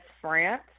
France